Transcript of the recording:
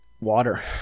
water